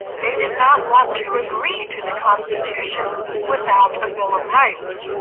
they did not want to agree to the constitution without a bill of rights